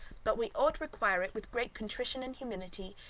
but we ought require it with great contrition and humility,